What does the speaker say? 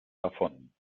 davon